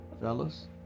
Fellas